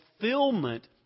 fulfillment